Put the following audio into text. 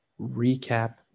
recap